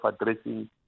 addressing